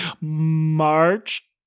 March